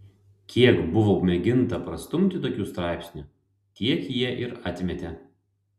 kiek buvo mėginta prastumti tokių straipsnių tiek jie ir atmetė